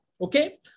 okay